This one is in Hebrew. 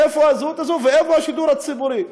איפה הזהות הזאת ואיפה השידור הציבורי?